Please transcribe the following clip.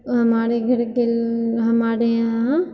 हमारे घरके हमारे यहाँ